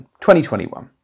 2021